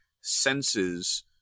senses